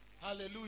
Hallelujah